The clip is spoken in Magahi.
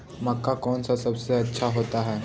मक्का कौन सा सबसे अच्छा होता है?